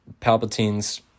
Palpatine's